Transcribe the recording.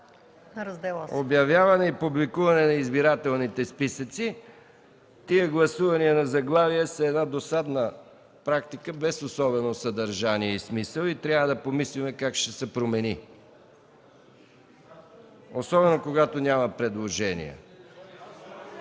„Обявяване и публикуване на избирателните списъци”. Тези гласувания на заглавия са една досадна практика без особено съдържание и смисъл. Трябва да помислим как ще се промени, особено когато няма предложения.